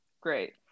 great